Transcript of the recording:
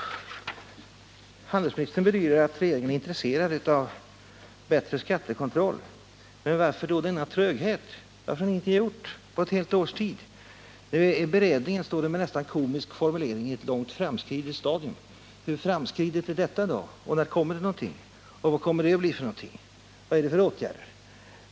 Handelsministern bedyrar att regeringen är intresserad av bättre skattekontroll, men varför då denna tröghet? Varför har ni ingenting gjort på ett helt års tid? ”Beredningen befinner sig i ett långt framskridet stadium”, står det med en nästan komisk formulering i svaret. Hur framskridet är detta, och när kommer det någonting? Vad blir det för åtgärder?